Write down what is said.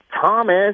Thomas